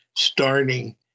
Starting